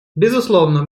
безусловно